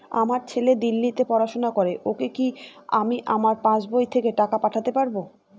আমার ছেলে দিল্লীতে পড়াশোনা করে ওকে কি আমি আমার পাসবই থেকে টাকা পাঠাতে পারব?